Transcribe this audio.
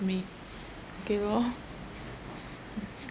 me okay lor